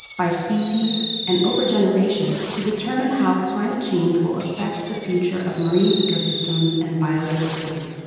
by species, and over generations to determine how climate change will affect the future of marine ecosystems and biodiversity.